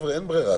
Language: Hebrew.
אין ברירה.